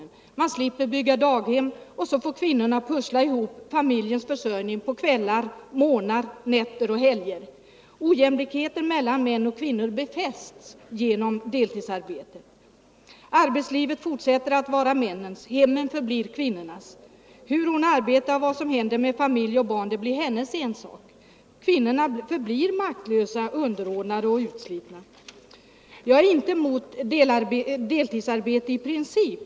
Man - Nr 130 slipper bygga daghem, och så får kvinnorna pussla ihop familjens för Torsdagen den sörjning på kvällar, mornar, nätter och helger. Ojämlikheten mellan män 28 novemiber.1974 och kvinnor bestämmes genom deltidsarbetet. Arbetslivet fortsätter att vara männens, hemmet förblir kvinnornas. Hur de arbetar, vad som hän = Jämställdhet der med familj och barn, blir deras ensak. Kvinnorna förblir maktlösa, mellan män och underordnade och utslitna. kvinnor, m.m. Jag är inte emot deltidsarbete i princip.